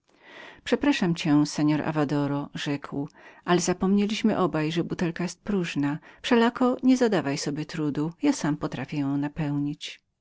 przepraszam cię seor avadoro rzekł ale zapomnieliśmy oba że w butelce nic nie ma wszelako nie zadawaj sobie trudu ja sam potrafię ją napełnić